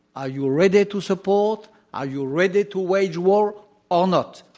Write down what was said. are you ready to support? are you ready to wage war or not?